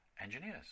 engineers